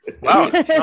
wow